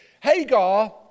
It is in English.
Hagar